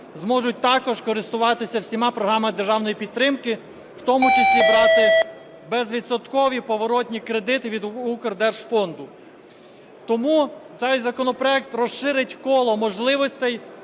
зможуть також користуватися всіма програмами державної підтримки, в тому числі брати безвідсоткові поворотні кредити від Укрдержфонду. Тому цей законопроект розширить коло можливостей